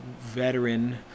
veteran